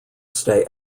stay